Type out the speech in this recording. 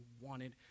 wanted